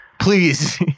please